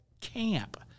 camp